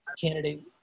candidate